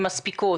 מספיקות?